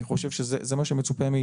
אני חושב שזה מה שמצופה מאתנו.